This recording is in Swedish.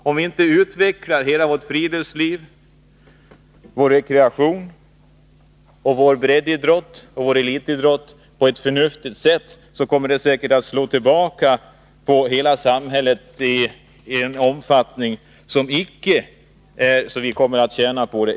Om vi inte utvecklar hela vårt friluftsliv, vår rekreation samt vår breddoch elitidrott på ett förnuftigt sätt kommer det säkert att slå tillbaka på hela samhället i en omfattning som gör att vi förlorar ekonomiskt på det.